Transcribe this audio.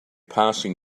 passing